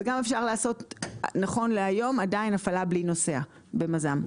וגם אפשר לעשות נכון להיום עדיין הפעלה בלי נוסע במז"ם.